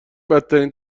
بدترین